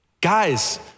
Guys